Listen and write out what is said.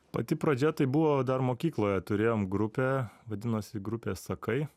pati pradžia tai buvo dar mokykloje turėjom grupę vadinosi grupė sakai